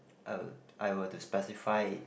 I would I would have to specify it